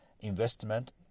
investment